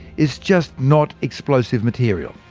it's just not explosive material.